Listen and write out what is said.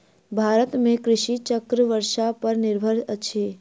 भारत में कृषि चक्र वर्षा पर निर्भर अछि